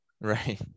right